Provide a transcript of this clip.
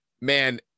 Man